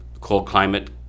Cold-climate